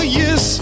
yes